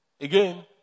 again